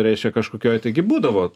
reiškia kažkokioj taigi būdavo